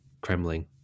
kremlin